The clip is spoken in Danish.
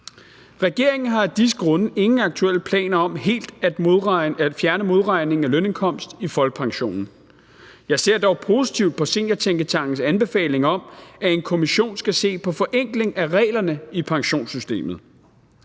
Regeringen har af disse grunde ingen aktuelle planer om helt at fjerne modregning af lønindkomst i folkepensionen. Jeg ser dog positivt på Seniortænketankens anbefaling om, at en kommission skal se på forenkling af reglerne i pensionssystemet.